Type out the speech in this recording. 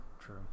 true